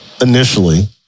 initially